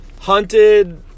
hunted